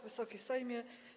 Wysoki Sejmie!